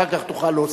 ואחר כך תוכל להוסיף.